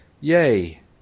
Yay